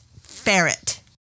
Ferret